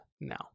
now